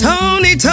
Tony